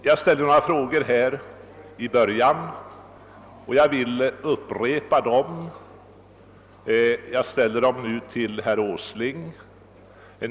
Jag vill upprepa några frågor som jag ställde i början, och jag vill nu rikta dem till herr Åsling.